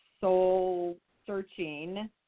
soul-searching